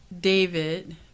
David